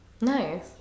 Nice